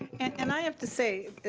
and i have to say,